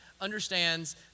understands